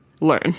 learn